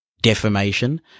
defamation